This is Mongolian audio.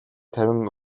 тавин